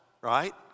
right